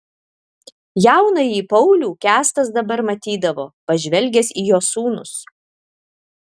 jaunąjį paulių kęstas dabar matydavo pažvelgęs į jo sūnus